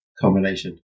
combination